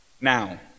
Now